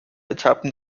etappen